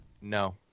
no